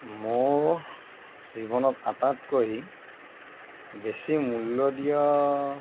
মোৰ জীৱনত আটাইতকৈ বেছি মূল্য দিয়া